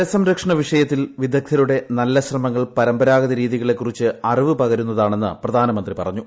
ജലസംരക്ഷണ വിഷയത്തിൽ വിദഗ്ധരുടെ നല്ല ശ്രമങ്ങൾ പരമ്പരാഗത രീതികളെ കുറിച്ച് അറിവ് പകരുന്നതാണെന്ന് പ്രധാനമന്ത്രി പറഞ്ഞു